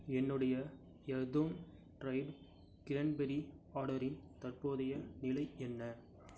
என்னுடைய எர்தோன் dried cranberry ஆர்டரின் தற்போதைய நிலை என்ன